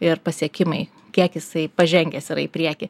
ir pasiekimai kiek jisai pažengęs yra į priekį